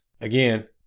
Again